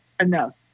enough